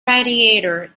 radiator